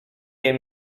jem